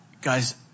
Guys